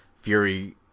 Fury